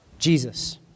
Jesus